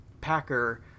Packer